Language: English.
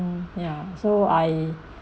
mm ya so I